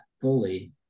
fully